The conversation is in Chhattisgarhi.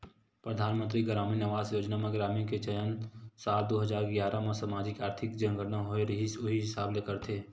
परधानमंतरी गरामीन आवास योजना म ग्रामीन के चयन साल दू हजार गियारा म समाजिक, आरथिक जनगनना होए रिहिस उही हिसाब ले करथे